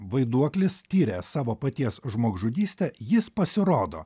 vaiduoklis tiria savo paties žmogžudystę jis pasirodo